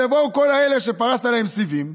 שיבואו כל אלה שפרסת להם סיבים,